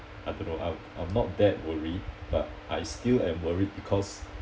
I don't know I'm I'm not that worried but I still am worried because